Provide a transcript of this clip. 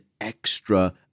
extra